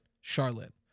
Charlotte